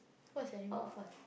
what's animal farm